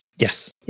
yes